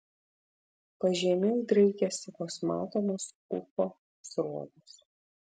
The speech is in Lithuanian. pažemiui draikėsi vos matomos ūko sruogos